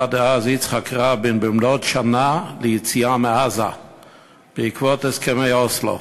יצחק רבין במלאות שנה ליציאה מעזה בעקבות הסכמי אוסלו,